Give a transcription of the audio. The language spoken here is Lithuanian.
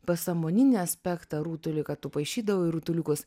pasąmoninį aspektą rutulį kad tu paišydavau rutuliukus